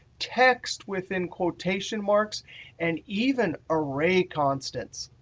text within quotation marks and even array constants.